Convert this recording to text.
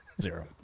Zero